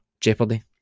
jeopardy